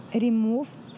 removed